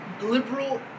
Liberal